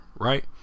Right